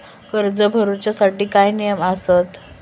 कर्ज भरूच्या साठी काय नियम आसत?